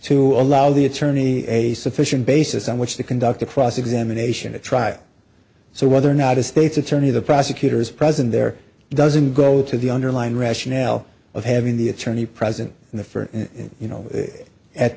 to allow the attorney a sufficient basis on which to conduct a cross examination to try so whether or not a state's attorney the prosecutor's present there doesn't go to the underlying rationale of having the attorney present in the first you know at